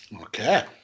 Okay